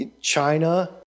China